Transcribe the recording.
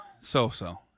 so-so